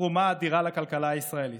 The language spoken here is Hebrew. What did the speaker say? התרומה האדירה לכלכלה הישראלית,